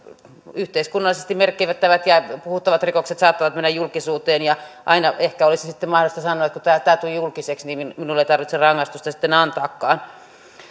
yhteiskunnallisesti merkittävät ja puhuttavat rikokset saattavat mennä julkisuuteen ja aina ehkä olisi sitten mahdollista sanoa että kun tämä tuli julkiseksi niin niin minulle ei tarvitse rangaistusta sitten antaakaan